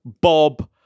Bob